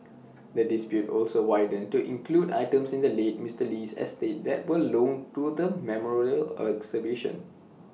the dispute also widened to include items in the late Mister Lee's estate that were loaned to the memorial exhibition